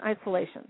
isolation